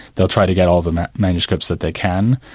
they'll try to get all the manuscripts that they can,